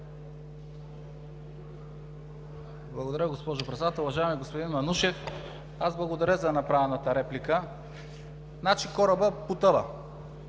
Благодаря Ви, госпожо Председател. Уважаеми господин Манушев, благодаря за направената реплика. Значи корабът потъва